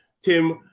Tim